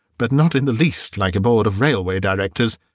but not in the least like a board of railway directors.